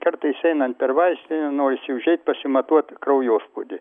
kartais einant per vaistinę norisi užeit pasimatuot kraujospūdį